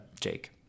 Jake